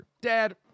Dad